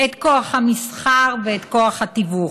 את כוח המסחר ואת כוח התיווך,